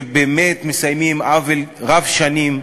שבאמת מסיימים עוול רב-שנים,